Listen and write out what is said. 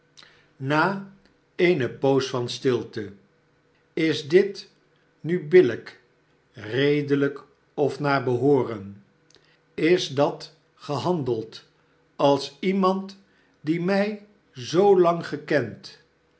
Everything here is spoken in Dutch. v eene poos van stilte is dit nu billijk redelijk of naar behooren is dat gehandeld als iemand die mij zoolang gekend